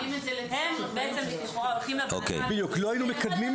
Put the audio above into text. הם לכאורה הולכים לוועדה המקצועית,